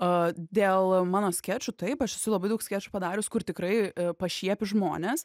o dėl mano skečų taip aš esu labai daug skečų padarius kur tikrai pašiepiu žmones